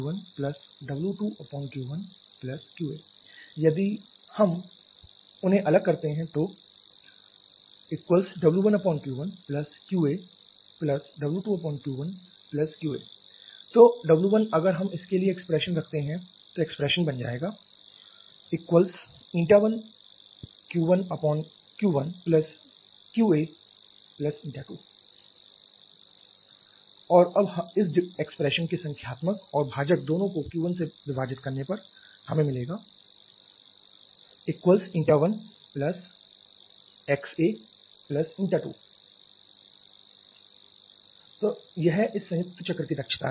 CCW1W2Q1QA इसलिए यदि हम उन्हें अलग करते हैं तो W1Q1QAW2Q1QA तो W1 अगर हम इसके लिए एक्सप्रेशन रखते हैं तो एक्सप्रेशन बन जाएगा 1Q1Q1QA2 और अब इस एक्सप्रेशन के संख्यात्मक और भाजक दोनों को Q1 से विभाजित करने पर हमें मिलेगा 11xA2 तो यह इस संयुक्त चक्र की दक्षता है